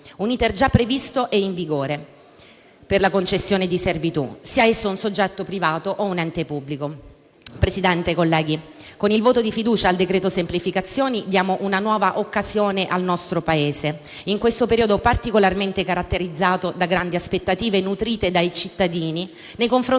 - già previsto e in vigore - per la concessione di servitù, sia esso un soggetto privato o un ente pubblico. Signor Presidente, onorevoli colleghi, con il voto di fiducia al decreto-legge semplificazioni diamo una nuova occasione al nostro Paese in questo periodo particolarmente caratterizzato da grandi aspettative nutrite dai cittadini nei confronti